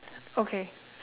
okay